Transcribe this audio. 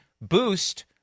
boost